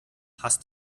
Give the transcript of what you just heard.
hast